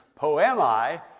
poemi